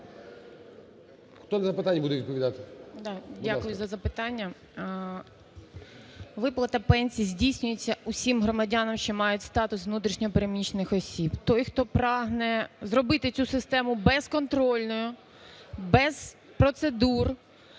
Виплата пенсій здійснюється усім громадянам, що мають статус внутрішньо переміщених осіб. Той, хто прагне зробити цю систему безконтрольною, без процедур